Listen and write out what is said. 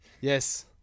Yes